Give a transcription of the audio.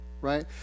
right